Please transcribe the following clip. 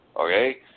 okay